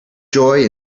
joy